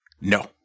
No